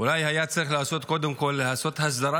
אולי היה צריך קודם כול לעשות הסדרה